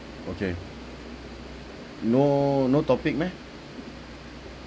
okay no no topic meh